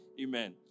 Amen